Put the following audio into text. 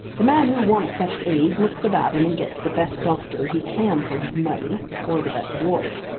the man who wants such aid looks about him and gets the best doctor he can for his money, or the best lawyer.